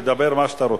תדבר מה שאתה רוצה.